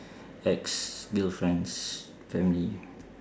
ex girlfriend's family